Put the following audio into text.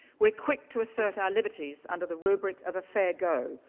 we're quick to assert our liberties under the rubric of a fair go.